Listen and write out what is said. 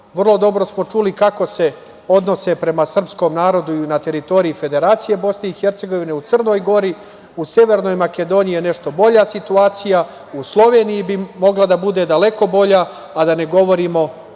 Vrlo dobro smo čuli kako se odnose prema srpskom narodu na teritoriji Federacije Bosne i Hercegovine, u Crnoj Gori, u Severnoj Makedoniji je nešto bolja situacija, u Sloveniji bi mogla da bude daleko bolja, a da ne govorimo